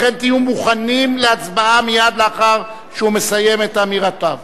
לכן תהיו מוכנים להצבעה מייד לאחר שהוא מסיים את אמירותיו.